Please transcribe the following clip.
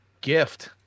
gift